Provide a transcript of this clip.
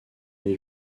les